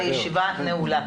הישיבה נעולה.